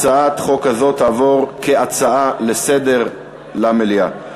הצעת החוק הזאת תעבור כהצעה לסדר-היום למליאה.